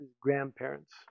grandparents